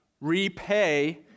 Repay